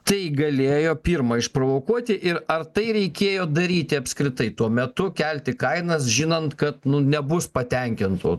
tai galėjo pirma išprovokuoti ir ar tai reikėjo daryti apskritai tuo metu kelti kainas žinant kad nebus patenkintų